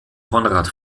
conrad